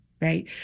right